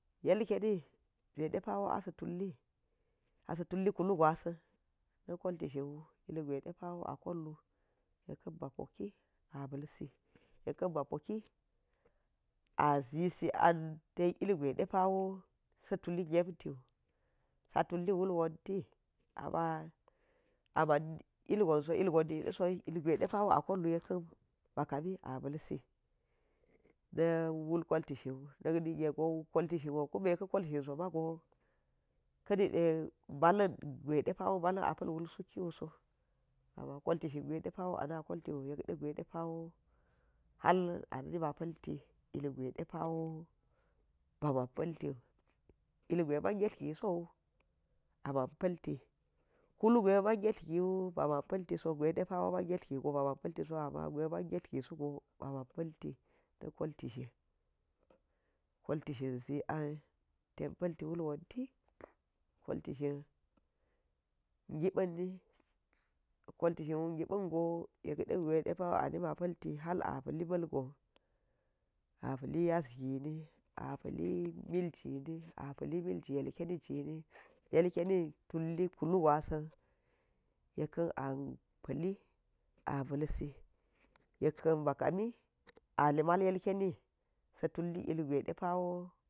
Yelkeni jwa̱i depa̱wo asa̱ tuli asa̱ tull kulu gwasa̱n, na kolti shinwu ilgwa ɗepawo a kollu yekka̱n ba̱ poki a balsi, yekka̱n ba̱ poki a zisi an ten ilgusai depawo sa tulli emti, sa tulli wul wonti amma a̱ma̱n ilgonso, ilgon niɗaso ilgwai depa̱ a kollu yekka̱n bakami a balsi, yekka̱n ba̱ poki a zisi an ten ilgwa̱i depa̱wo sa̱ tulli gemtiwu sa tulli wul wonti, amma amman ilgonso, ilgon nida so, ilgwai wa̱i ɗepa̱ a kollu yekkan ba̱ kam a ba̱lsi, ɗa̱ wul kolti shinwun na̱k ningego kolti shinwo kunne ka̱ kol shinso mago kaniɗe ba̱la̱n gwaidepa balan a pa̱l wul suk kiuso amma koltishin wo gwa̱ide pa̱wo ana̱ koltiwu gwaiɗe pa̱wo ha̱l ana̱ma̱ palti ilgwai depa̱wo ba̱ma̱n paltiwu, ilgwan ma̱n geretli giso ama̱n pa̱lti kulu gwa̱iman gettli gewo ba̱ma̱ pa̱ltiso gwaiɗe pa̱wo ma̱n gertli giso ba̱ma̱n paltiso, amma gwa̱i ma̱n gertli sogo bama̱n palti na kolti shin, koti shin zi an ten pa̱lti klul wonti kolti shin gipanni, kolti shinwu gipa̱ngo yekɗe gwa̱i ɗepa̱wo ha̱l anima pa̱lti ilgwa̱i depa̱wo ha̱l anima pa̱lti ilgwa̱i depa̱wo ba̱ ma̱n paltiwu ilgusa̱i man getlir giso aman pa̱lti ilgwai man getlir giso aman palti, kulu gwai ma̱n getlir giwu ba̱ma̱n paltiso, gwai ɗepa̱wo ma̱n getlir gisogo ba̱ma̱n pa̱ltiso amman gwai ma̱n getlir gesogo baman pa̱lti na kolti shin, kolti shin zi an ten pa̱lti wul wonti, koltishin gipa̱nni, kolti shinwu gipan go yekɗe gwaiɗe pawo a na̱ma̱ pa̱lti ha̱la palli ma̱lgo a pa̱li ya̱s gini a pa̱li mijini, a pali milji ilkenijini ykeni sa̱ tulli kulu gwa̱sa̱n yekka a pa̱li a ba̱lsh yekka ba̱ kami ali ma̱l yelkeni sa̱ tullu ilgwaiɗpa̱ wo.